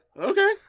Okay